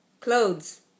clothes